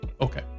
Okay